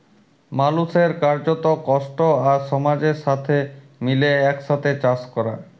মালুসের কার্যত, কষ্ট আর সমাজের সাথে মিলে একসাথে চাস ক্যরা